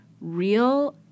real